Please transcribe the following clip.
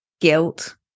guilt